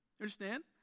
understand